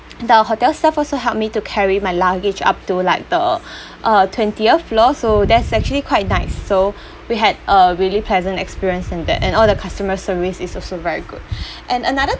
the hotel staff also helped me to carry my luggage up to like the uh twentieth floor so that's actually quite nice so we had a really pleasant experience and that and all the customer service is also very good and another